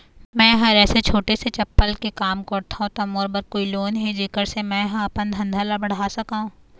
मैं हर ऐसे छोटे से चप्पल के काम करथों ता मोर बर कोई लोन हे जेकर से मैं हा अपन धंधा ला बढ़ा सकाओ?